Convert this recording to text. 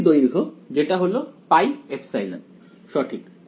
দড়ির দৈর্ঘ্য যেটা হলো πε সঠিক